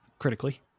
critically